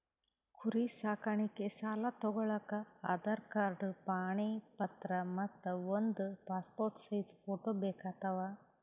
ಕುರಿ ಸಾಕಾಣಿಕೆ ಸಾಲಾ ತಗೋಳಕ್ಕ ಆಧಾರ್ ಕಾರ್ಡ್ ಪಾಣಿ ಪತ್ರ ಮತ್ತ್ ಒಂದ್ ಪಾಸ್ಪೋರ್ಟ್ ಸೈಜ್ ಫೋಟೋ ಬೇಕಾತವ್